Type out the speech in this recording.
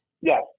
yes